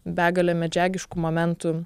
begalė medžiagiškų momentų